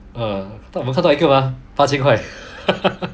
uh 我们看到一个 mah 八千块